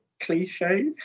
cliche